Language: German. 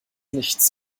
nichts